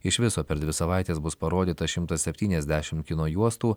iš viso per dvi savaites bus parodyta šimtas septyniasdešim kino juostų